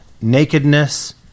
nakedness